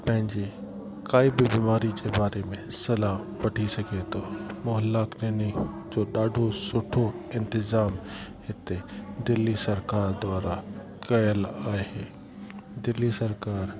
पंहिंजी काई बि बीमारी शिमारी में सलाहु वठी सघे थो मौहल्ला क्लीनिक जो ॾाढो सुठो इंतज़ाम हिते दिल्ली सरकार द्वारा कयलु आहे दिल्ली सरकारु